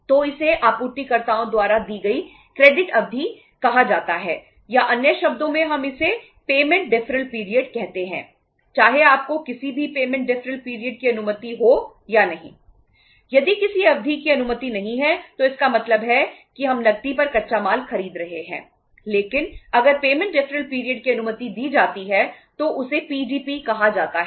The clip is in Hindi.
तो इसे आपूर्तिकर्ताओं द्वारा दी गई क्रेडिट की अनुमति है